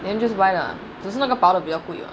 then just buy lah 只是那个薄的会比较贵